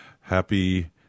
happy